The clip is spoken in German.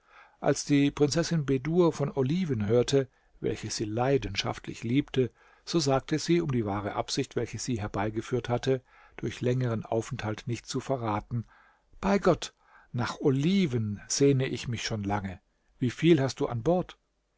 als die prinzessin bedur von oliven hörte welche sie leidenschaftlich liebte so sagte sie um die wahre absicht welche sie herbeigeführt hatte durch längeren aufenthalt nicht zu verraten bei gott nach oliven sehne ich mich schon lange wieviel hast du an bord